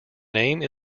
name